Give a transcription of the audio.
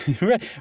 Right